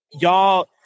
y'all